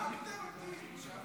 הרגת אותי.